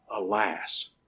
alas